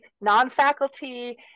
non-faculty